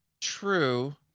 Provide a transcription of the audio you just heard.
True